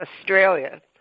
Australia